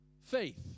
faith